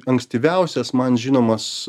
ankstyviausias man žinomas